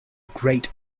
great